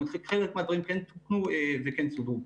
חלק מהדברים כן תוקנו וכן סודרו.